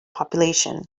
population